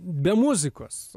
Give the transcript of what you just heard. be muzikos